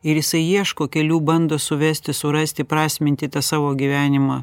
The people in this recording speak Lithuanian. ir jisai ieško kelių bando suvesti surasti įprasminti tą savo gyvenimą